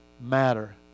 Matter